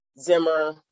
Zimmer